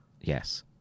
yes